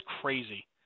crazy